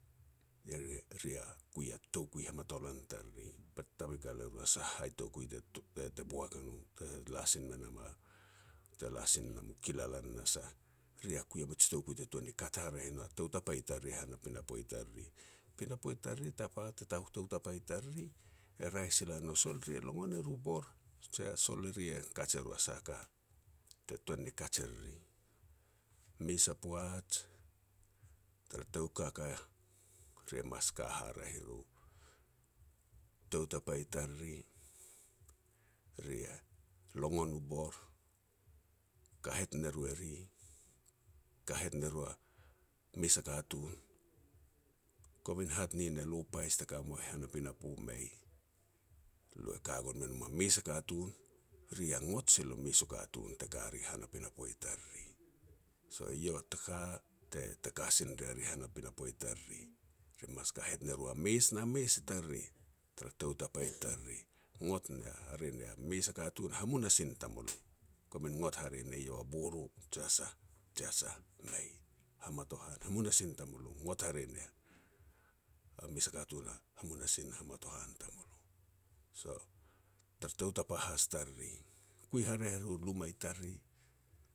Eri-eri ia kui a toukui hamatolan i tariri, be te tavikal e ru a sah hai toukui te-te boak a no te la sin me nam a-te la sin e nam u kilalan na sah, ri ya kui a mij toukui te tuan ni kat haraeh na tou tapa i tariri han a pinapo i tariri. Pinapo i tariri e tapa tou tapa i tariri e raeh sila nou sol ri longon e ru bor je sol eri e kaj e ru a sah a ka, te tuan ni kaj e riri. Mes a poaj tara tou kaka, ri mas ka haraeh i ru. Tou tapa i tariri ri ia longon u bor, kahet ne ru e ri, kahet ne ru a mes a katun. Gomin hat nin e lo pais te ka mui han a pinapo, mei, lo ka gon me nom a mes a katun. Ri ia ngot sil a mes a katun te ka ri han a pinapo tariri. So eiau a ta ka te-te ka sin rea ri han a pinapo i tariri. Re mas kahet nero a mes na mes tariri tara tou tapa i tariri. Ngot hare nia mes a katun a hamunasin tamulo gomin ngot hare ne eiau a boro, jia sah, jia sah, mei, hamatohan, hamunasin tamulo, ngot hare nia a mes a katun a hamunasin na hamatohan tamulo. So, tar tou tapa has tariri, kui hareah e ru luma i tariri.